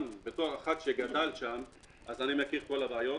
גם בתור אחד שגדל שם אני מכיר את כל הבעיות.